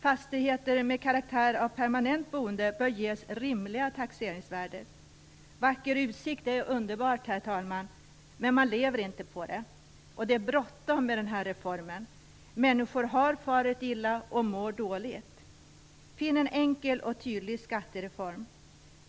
Fastigheter med karaktär av permanent boende bör ges rimliga taxeringsvärden. Vacker utsikt är underbart, herr talman, men man lever inte på det. Och det är bråttom med denna reform. Människor har farit illa och människor mår dåligt. Finn en enkel och tydlig skattereform!